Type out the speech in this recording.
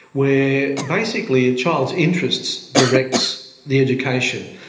where basically a child's interests direct the education.